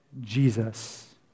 Jesus